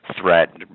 threat